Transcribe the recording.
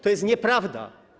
To jest nieprawda.